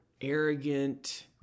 arrogant